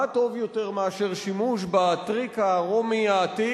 מה טוב יותר מאשר שימוש בטריק הרומי העתיק?